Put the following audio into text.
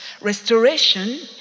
restoration